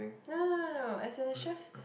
no no no no no as in it's just